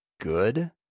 good